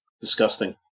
Disgusting